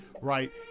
right